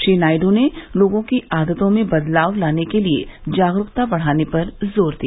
श्री नायड् ने लोगों की आदतों में बदलाव लाने के लिए जागरूकता बढाने पर जोर दिया